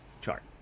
chart